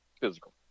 physical